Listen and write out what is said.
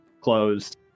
closed